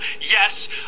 yes